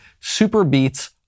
Superbeats